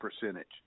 percentage